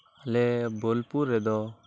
ᱟᱞᱮ ᱵᱳᱞᱯᱩᱨ ᱨᱮᱫᱚ